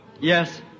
Yes